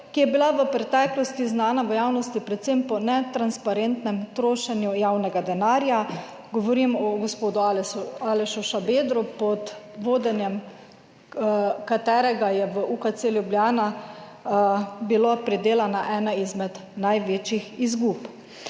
ki je bila v preteklosti znana v javnosti predvsem po netransparentnem trošenju javnega denarja. Govorim o gospodu Alešu Šabedru, pod vodenjem katerega je v UKC Ljubljana bila predelana ena izmed največjih izgub.